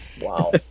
Wow